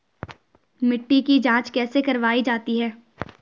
मिट्टी की जाँच कैसे करवायी जाती है?